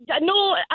No